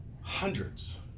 hundreds